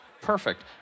Perfect